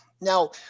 Now